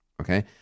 okay